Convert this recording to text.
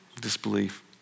Disbelief